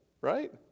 right